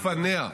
לפניה,